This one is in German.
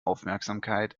aufmerksamkeit